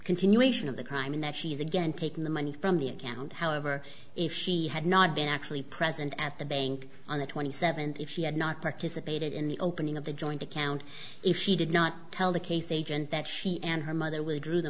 continuation of the crime in that she is again taking the money from the account however if she had not been actually present at the bank on the twenty seventh if she had not participated in the opening of the joint account if she did not tell the case agent that she and her mother will draw the